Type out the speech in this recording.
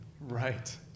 Right